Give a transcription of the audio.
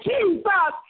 Jesus